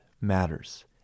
Matters